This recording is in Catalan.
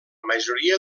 majoria